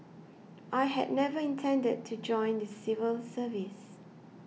I had never intended to join the civil service